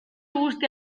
guzti